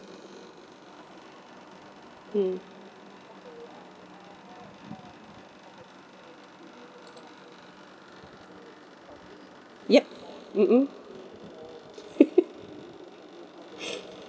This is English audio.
mm yup mmhmm